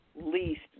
least